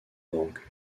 banque